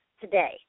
today